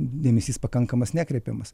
dėmesys pakankamas nekreipiamas